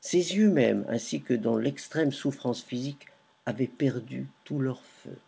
ses yeux même ainsi que dans l'extrême souffrance physique avaient perdu tout leur feu